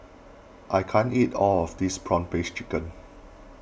I can't eat all of this Prawn Paste Chicken